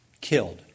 killed